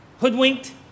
hoodwinked